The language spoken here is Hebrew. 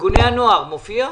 ארגוני הנוער מופיע?